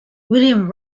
william